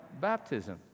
baptism